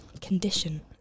condition